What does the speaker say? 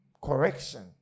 correction